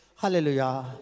hallelujah